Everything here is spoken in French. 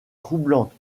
troublante